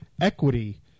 equity